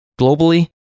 globally